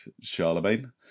Charlemagne